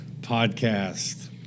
podcast